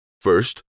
First